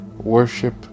worship